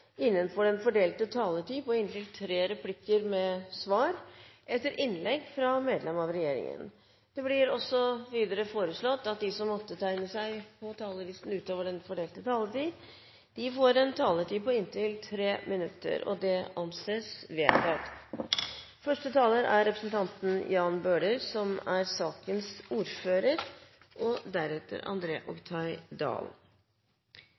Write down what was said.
innenfor den fordelte taletid. Videre blir det foreslått at de som måtte tegne seg på talerlisten utover den fordelte taletid, får en taletid på inntil 3 minutter. – Det anses vedtatt. De forslagene vi behandler i dag, er i hovedsak en oppfølging av 22. juli-komiteen på Stortinget og